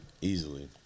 Easily